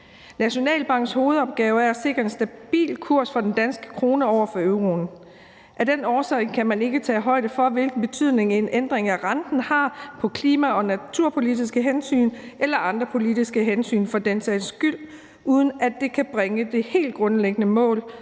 Nationalbankens hovedopgave er at sikre en stabil kurs for den danske krone over for euroen. Af den årsag kan man ikke tage hensyn til, hvilken betydning en ændring af renten har for klima- og naturpolitiske hensyn eller andre politiske hensyn for den sags skyld, uden at det kan bringe det helt grundlæggende mål